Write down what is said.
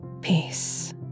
Peace